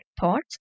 thoughts